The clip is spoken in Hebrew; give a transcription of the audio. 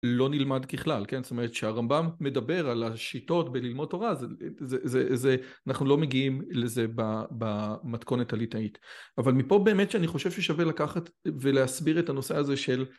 לא נלמד ככלל כן זאת אומרת שהרמב״ם מדבר על השיטות בללמוד תורה אנחנו לא מגיעים לזה במתכונת הליטאית אבל מפה באמת שאני חושב ששווה לקחת ולהסביר את הנושא הזה של